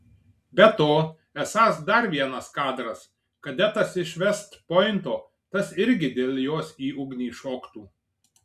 be to esąs dar vienas kadras kadetas iš vest pointo tas irgi dėl jos į ugnį šoktų